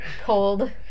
cold